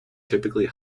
typically